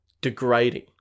degrading